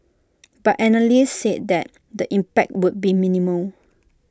but analysts said that the impact would be minimal